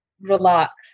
relax